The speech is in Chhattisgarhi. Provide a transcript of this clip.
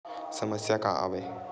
समस्या का आवे?